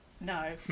No